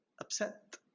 upset